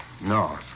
No